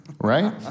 Right